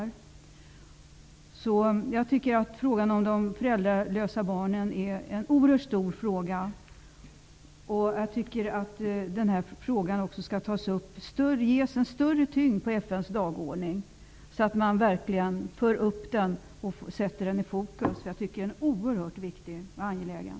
Jag tycker att frågan om de föräldralösa barnen är en oerhört stor fråga. Jag tycker att den också skall ges större tyngd på FN:s dagordning, så att man verkligen för upp den och sätter den i fokus, för den är oerhört viktig och angelägen.